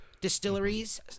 distilleries